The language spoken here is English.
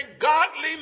godly